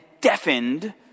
deafened